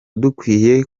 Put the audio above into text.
dukwiye